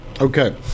Okay